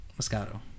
Moscato